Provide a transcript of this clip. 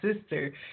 sister